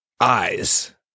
eyes